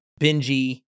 Benji